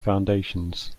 foundations